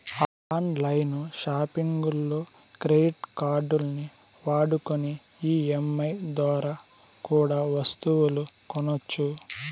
on line సాపింగుల్లో credit కార్డుల్ని వాడుకొని ఈ.ఎం.ఐ దోరా కూడా ఒస్తువులు కొనొచ్చు